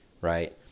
Right